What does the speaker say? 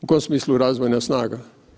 U kom smislu razvojna snaga?